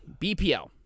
BPL